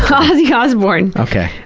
ozzy osbourne. okay.